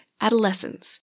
Adolescence